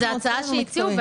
זאת הצעה שהציעו.